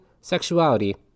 sexuality